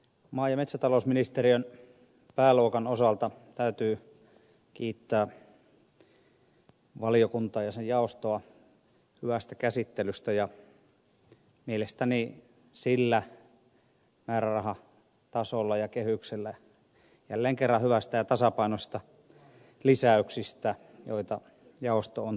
maa ja metsätalousministeriön pääluokan osalta täytyy kiittää valiokuntaa ja sen jaostoa hyvästä käsittelystä mielestäni sillä määrärahatasolla ja kehyksellä jälleen kerran hyvistä ja tasapainoisista lisäyksistä joita jaosto on tehnyt